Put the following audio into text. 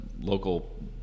local